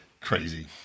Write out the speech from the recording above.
Crazy